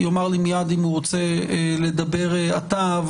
אומנם לא נהוג לשמוע אותה בכנסת,